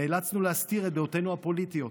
נאלצנו להסתיר את דעותינו הפוליטיות.